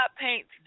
paints